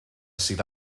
sydd